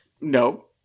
no